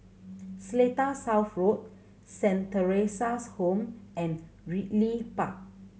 Seletar South Road Saint Theresa's Home and Ridley Park